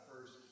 first